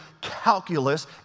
calculus